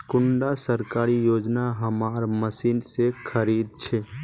कुंडा सरकारी योजना हमार मशीन से खरीद छै?